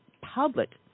public